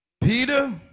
Peter